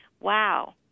wow